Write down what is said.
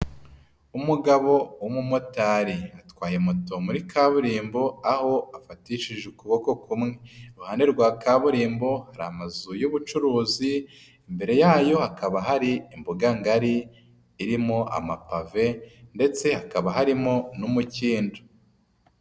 Umugabo w'umumotari atwaye moto muri kaburimbo aho afatishije ukuboko kumwe, iruhande rwa kaburimbo hari amazu y'ubucuruzi, imbere yayo hakaba hari imboga ngari irimo amapave ndetse hakaba harimo n'umukindo.